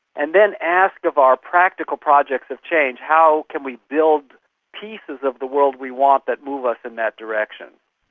and then ask of our practical projects of change how can we build pieces of the world we want that move us in that direction?